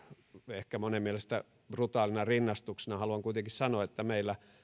ehkä monen mielestä brutaalina rinnastuksena haluan kuitenkin sanoa että